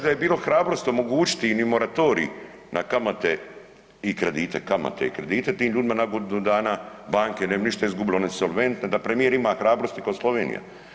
Čak da je bilo hrabrosti omogućiti im i moratorij na kamate i kredite, kamate i kredite tim ljudima na godinu dana, banke ne bi ništa izgubile, one su solventne, da premijer ima hrabrosti ko Slovenija.